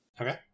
Okay